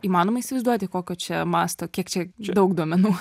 įmanoma įsivaizduoti kokio čia masto kiek čia daug duomenų